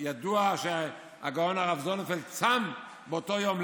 ידוע שהגאון הרב זוננפלד צם באותו יום.